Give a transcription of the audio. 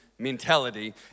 mentality